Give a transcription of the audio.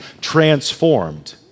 transformed